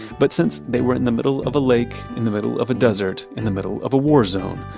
but since they were in the middle of a lake in the middle of a desert in the middle of a war zone,